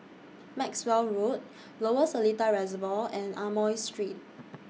Maxwell Road Lower Seletar Reservoir and Amoy Street